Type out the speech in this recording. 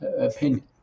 opinion